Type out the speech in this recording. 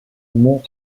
mont